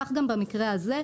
כך גם במקרה הזה,